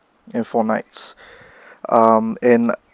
and four nights um and